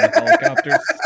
helicopters